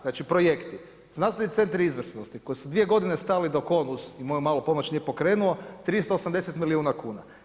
Znači projekti, znanstveni centri izvrsnosti koji su dvije godine stajali dok on uz moju malu pomoć nije pokrenuo, 380 miliona kuna.